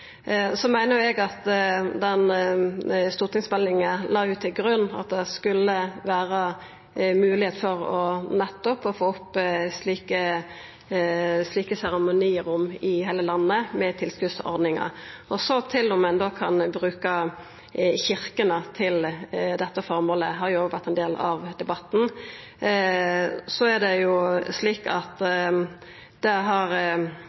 meiner at stortingsmeldinga la til grunn at det skulle vera moglegheit for nettopp å få opp slike seremonirom i heile landet med tilskotsordninga. Så til om ein da kan bruka kyrkjene til dette føremålet; det har òg vore ein del av debatten: